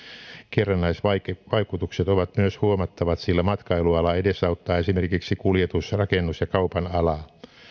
kerrannaisvaikutukset ovat myös huomattavat sillä matkailuala edesauttaa esimerkiksi kuljetus rakennus ja kaupan alaa